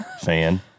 fan